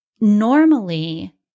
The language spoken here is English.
normally